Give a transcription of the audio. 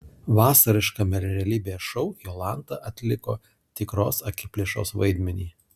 vasariškame realybės šou jolanta atliko tikros akiplėšos vaidmenį